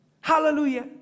Hallelujah